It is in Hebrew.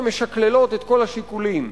ומשקללות את כל השיקולים,